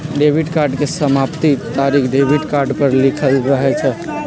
debit card के समाप्ति तारिख डेबिट कार्ड पर लिखल रहइ छै